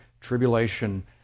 Tribulation